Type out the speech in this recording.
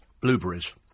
Blueberries